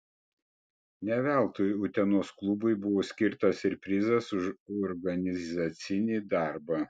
ne veltui utenos klubui buvo skirtas ir prizas už organizacinį darbą